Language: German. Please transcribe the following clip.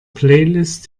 playlist